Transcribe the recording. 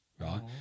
right